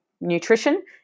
nutrition